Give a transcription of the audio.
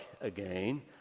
again